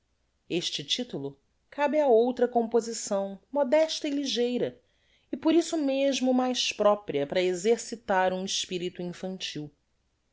este titulo cabe á outra composição modesta e ligeira e por isso mesmo mais propria para exercitar um espirito infantil